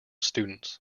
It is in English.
students